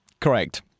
Correct